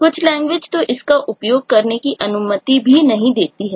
कुछ लैंग्वेज तो इसका उपयोग करने की अनुमति भी नहीं देती है